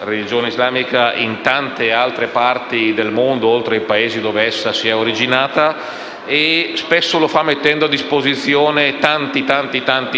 religione islamica in tante altre parti del mondo, oltre ai Paesi dove essa si è originata e spesso lo fa mettendo a disposizione tantissimi